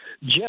Jeff